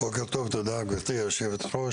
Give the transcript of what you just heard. בוקר טוב תודה גברתי היו"ר,